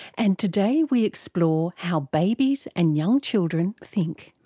and today we explore how babies and young children think.